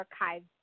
Archives